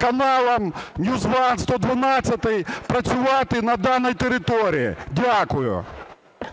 каналам NewsOne, "112" працювати на даній території? Дякую.